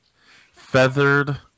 Feathered